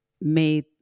made